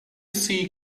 see